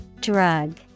Drug